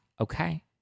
Okay